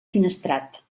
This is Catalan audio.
finestrat